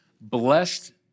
blessed